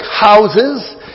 houses